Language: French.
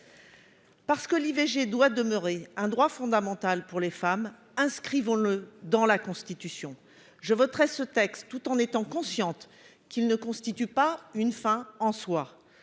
Parce que l'IVG doit demeurer un droit fondamental pour les femmes, inscrivons-le dans la Constitution ! Je voterai ce texte, tout en étant consciente qu'il ne constitue pas une fin en soi.